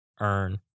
earn